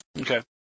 Okay